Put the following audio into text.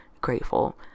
grateful